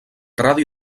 radi